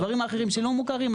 הדברים האחרים שלא מוכרים,